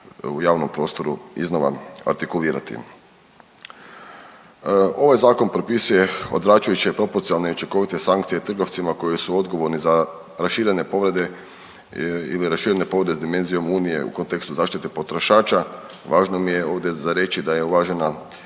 u javnom prostoru iznova artikulirati. Ovaj zakon propisuje odvračajuće i proporcionalne i učinkovite sankcije trgovcima koji su odgovorni za raširene povrede ili raširene povrede s dimenzijom unije u kontekstu zaštite potrošača. Važno mi je ovdje za reći da je uvažena